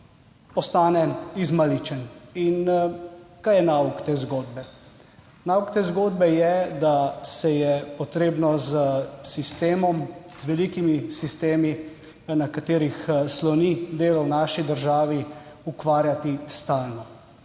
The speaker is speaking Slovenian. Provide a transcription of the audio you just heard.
ostane izmaličen. In kaj je nauk te zgodbe? Nauk te zgodbe je, da se je potrebno s sistemom, z velikimi sistemi, na katerih sloni delo v naši državi ukvarjati stalno.